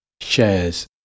shares